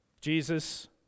Jesus